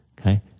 Okay